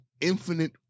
infinite